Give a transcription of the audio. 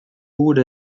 gure